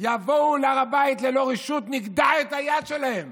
יבואו להר הבית ללא רשות, נגדע את היד שלהם,